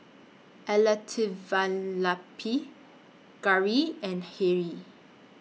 Elattuvalapil Gauri and Hri